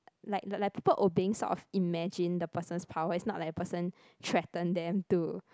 like like like people obeying sort of imagine the person's power is not like the person threaten them to